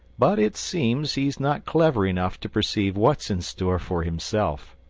but it seems he's not clever enough to perceive what's in store for himself.